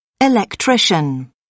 Electrician